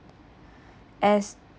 as